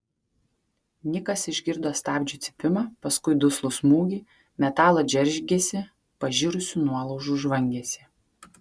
nikas išgirdo stabdžių cypimą paskui duslų smūgį metalo džeržgesį pažirusių nuolaužų žvangesį